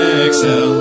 excel